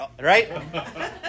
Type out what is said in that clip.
right